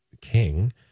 king